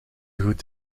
goed